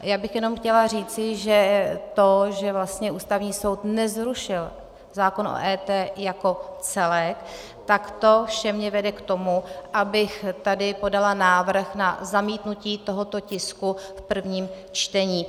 Já bych jenom chtěla říci, že to, že vlastně Ústavní soud nezrušil zákon o EET jako celek, tak to vše mě vede k tomu, abych tady podala návrh na zamítnutí tohoto tisku v prvním čtení.